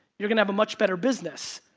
you're gonna have a much better business,